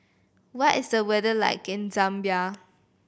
what is the weather like in Zambia